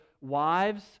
Wives